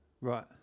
Right